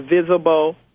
visible